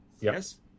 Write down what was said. Yes